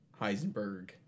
Heisenberg